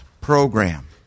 program